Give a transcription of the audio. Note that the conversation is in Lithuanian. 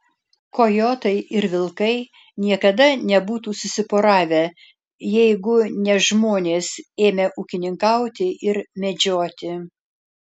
kojotai ir vilkai niekada nebūtų susiporavę jeigu ne žmonės ėmę ūkininkauti ir medžioti